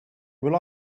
will